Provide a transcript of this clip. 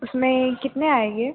उसमें कितने आएंगे